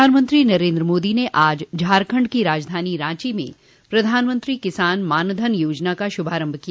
प्रधानमंत्री नरेन्द्र मोदी ने आज झारखंड की राजधानी रांची में प्रधानमंत्री किसान मानधन योजना का शुभारम्भ किया